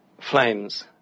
flames